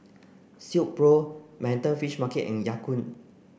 Silkpro Manhattan Fish Market and Ya Kun